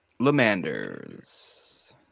lamander's